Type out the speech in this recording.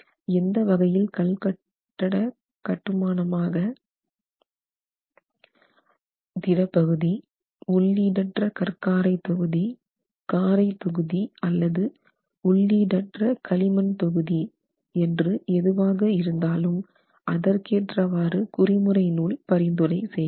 எந்த வகையில் கல்கட்ட கட்டுமானமாக திட பகுதி உள்ளீடற்ற கற் காரை தொகுதி காரை தொகுதி அல்லது உள்ளீடற்ற களிமண் தொகுதி என்று எதுவாக இருந்தாலும் அதற்கேற்றவாறு குறிமுறை நூல் பரிந்துரை செய்கிறது